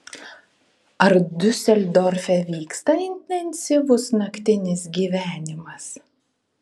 ar diuseldorfe vyksta intensyvus naktinis gyvenimas